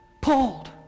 pulled